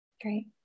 Great